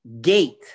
gate